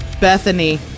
Bethany